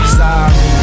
sorry